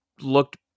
looked